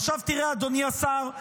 עכשיו תראה, אדוני השר,